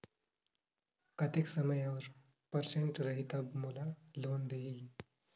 कतेक समय और परसेंट रही तब मोला लोन देही?